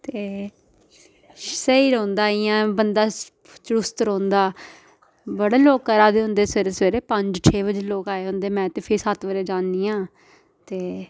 ते स्हेई रौंह्दा इ'यां बंदा चुस्त रौंह्दा बड़ा लोक करै दे होंदे सवेरे सवेरे पंज छे बजे लोक आए दे होंदे मै ते फेर सत्त बजे जानी आं ते